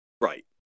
right